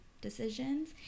decisions